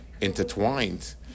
intertwined